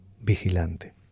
vigilante